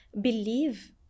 believe